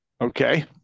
okay